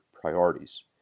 priorities